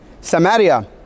Samaria